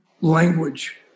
language